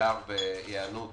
בעיקר בהיענות